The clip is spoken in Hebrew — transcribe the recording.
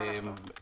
מה ההערכה?